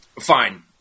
fine